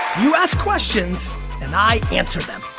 you ask questions and i answer them.